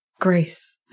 grace